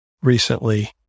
recently